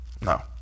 No